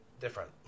different